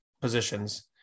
positions